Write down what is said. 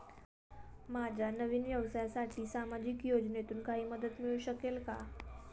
माझ्या नवीन व्यवसायासाठी सामाजिक योजनेतून काही मदत मिळू शकेल का?